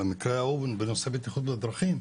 במקרה ההוא בנושא בטיחות בדרכים,